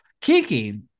Kiki